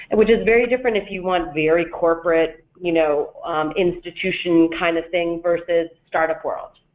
and which is very different if you want very corporate you know institution kind of thing versus startup world,